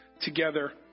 together